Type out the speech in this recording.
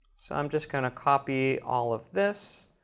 so i'm just going to copy all of this,